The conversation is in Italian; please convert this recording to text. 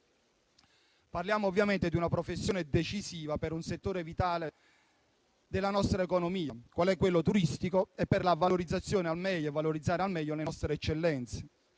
Parliamo ovviamente di una professione decisiva per un settore vitale della nostra economia quale quello turistico e per la valorizzazione delle nostre eccellenze.